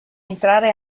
entrare